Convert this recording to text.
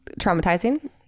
traumatizing